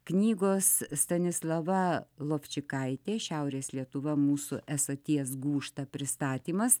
knygos stanislava lovčikaitė šiaurės lietuva mūsų esaties gūžta pristatymas